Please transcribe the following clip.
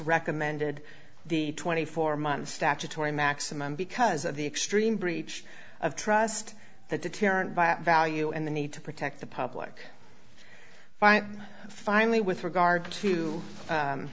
recommended the twenty four month statutory maximum because of the extreme breach of trust that the terror value and the need to protect the public finally with regard to